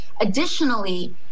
additionally